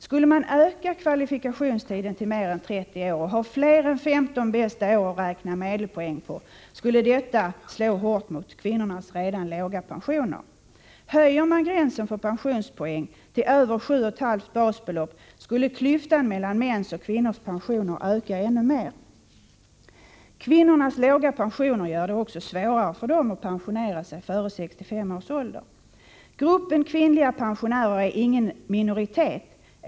Skulle man öka kvalifikationstiden till mer än 30 år och ha fler än 15 bästa år att räkna medelpoäng på, skulle detta slå hårt mot kvinnornas redan låga pensioner. Om man höjde gränsen för pensionspoäng till över 7,5 basbelopp, skulle klyftan mellan mäns och kvinnors pensioner öka ännu mer. Kvinnornas låga pensioner gör det också svårare för dem att pensionera sig före 65 års ålder. Gruppen kvinnliga pensionärer är ingen minoritet.